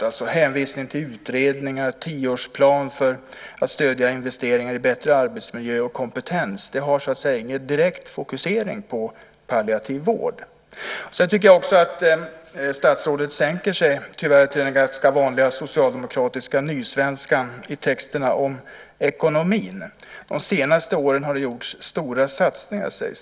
Jag tänker då på hänvisningarna till utredningar och till en tioårsplan för att stödja investeringar i en bättre arbetsmiljö och i kompetens. Det har ingen direkt fokusering på palliativ vård. Vidare tycker jag att statsrådet sänker sig till den, tyvärr, ganska vanliga socialdemokratiska nysvenskan i skrivningarna om ekonomin. Det sägs att det de senaste åren har gjorts stora satsningar.